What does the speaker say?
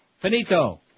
Finito